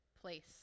place